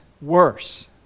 worse